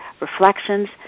Reflections